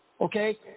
Okay